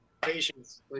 Patience